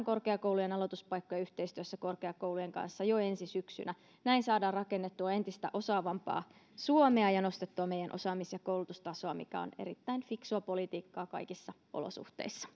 korkeakoulujen aloituspaikkoja yhteistyössä korkeakoulujen kanssa jo ensi syksynä näin saadaan rakennettua entistä osaavampaa suomea ja nostettua meidän osaamis ja koulutustasoamme mikä on erittäin fiksua politiikkaa kaikissa olosuhteissa